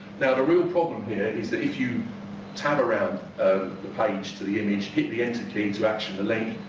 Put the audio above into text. now the real problem here is that if you tab around ah the page to the image, hit the enter key to action the link,